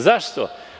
Zašto?